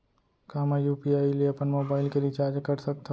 का मैं यू.पी.आई ले अपन मोबाइल के रिचार्ज कर सकथव?